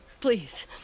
Please